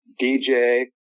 DJ